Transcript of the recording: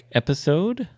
episode